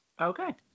okay